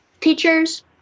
teachers